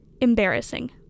embarrassing